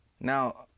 Now